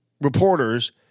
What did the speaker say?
reporters